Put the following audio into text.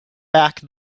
back